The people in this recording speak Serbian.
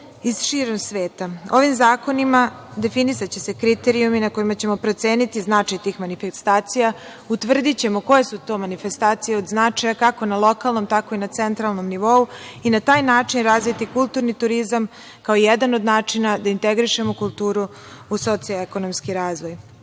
širom sveta. Ovim zakonima definisaće se kriterijumi na kojima ćemo proceniti značaj tih manifestacija, utvrdićemo koje su to manifestacije od značaja, kako na lokalnom, tako i na centralnom nivou i na taj način razviti kulturni turizam kao jedan od načina da integrišemo kulturu u socijalno ekonomski razvoj. Veliki